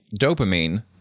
dopamine